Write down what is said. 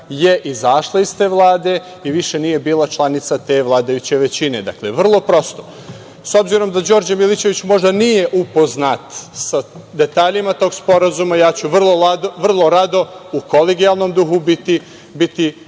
je izašla iz te Vlade i više nije bila članica te vladajuće većine. Dakle, vrlo prosto. S obzirom da Đorđe Milićević možda nije upoznat sa detaljima tog sporazuma, ja ću vrlo rado, u kolegijalnom duhu, biti